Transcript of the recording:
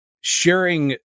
sharing